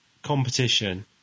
competition